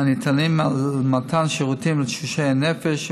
הניתנים על מתן שירותים לתשושי הנפש,